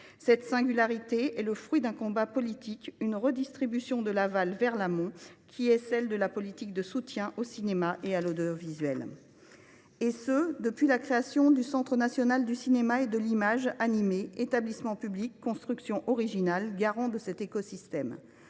Cette singularité est le fruit d’un combat politique et d’une redistribution, de l’aval vers l’amont, qui est celle de la politique de soutien au cinéma et à l’audiovisuel ! Cela, nous le devons à la création du Centre national du cinéma et de l’image animée, établissement public, construction originale garante de cet écosystème.